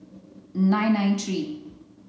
nine nine three